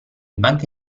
banche